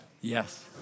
Yes